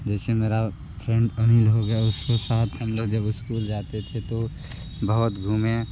जैसे मेरा फ्रेंड अनिल हो गया उसके साथ हम लोग जब स्कूल जाते थे तो बहुत घूमें